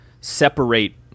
separate